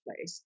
place